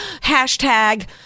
hashtag